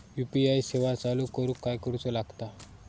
UPI सेवा चालू करूक काय करूचा लागता?